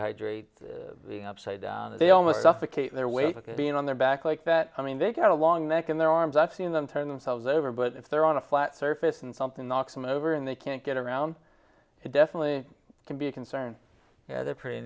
hydrate the upside down they almost suffocate their weight because being on their back like that i mean they got a long neck in their arms i've seen them turn themselves over but if they're on a flat surface and something knocks them over and they can't get around it definitely can be a concern as th